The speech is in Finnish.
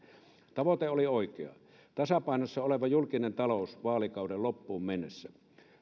tavoite oli oikea tasapainossa oleva julkinen talous vaalikauden loppuun mennessä